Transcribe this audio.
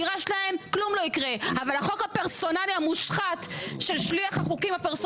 שואלים את גורמי המקצוע --- נאור,